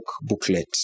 booklet